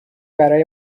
برای